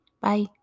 Bye